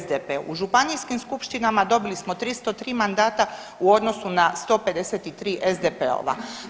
U županijskim skupštinama dobili smo 303 mandata u odnosu na 153 SDP-ova.